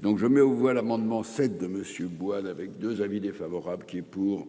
donc je mets aux voix l'amendement fait de monsieur Bois-d'avec 2 avis défavorable qui est pour.